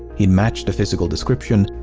he matched the physical description.